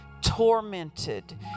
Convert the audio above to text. tormented